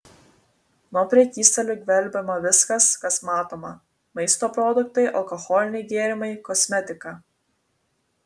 nuo prekystalių gvelbiama viskas kas matoma maisto produktai alkoholiniai gėrimai kosmetika